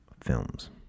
films